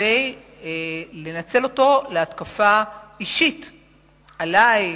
כדי לנצל אותו להתקפה אישית עלי,